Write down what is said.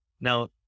Now